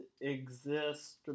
exist